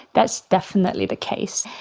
that's definitely the case.